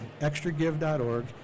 extragive.org